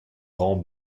grand